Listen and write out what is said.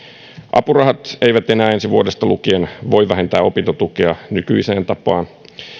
apurahat eivät enää ensi vuodesta lukien voi vähentää opintotukea nykyiseen tapaan